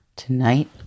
Tonight